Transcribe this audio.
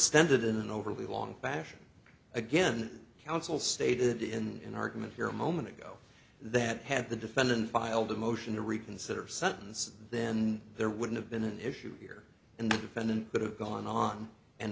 standard in an overly long fashion again counsel stated in an argument here a moment ago that had the defendant filed a motion to reconsider sentence then there would have been an issue here and the defendant would have gone on and